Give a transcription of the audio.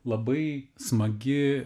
labai smagi